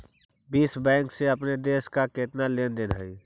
विश्व बैंक से अपने देश का केतना लें देन हई